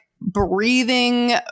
breathing